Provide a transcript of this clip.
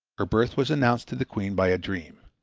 her birth was announced to the queen by a dream.